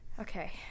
Okay